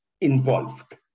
involved